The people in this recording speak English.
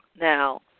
Now